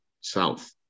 south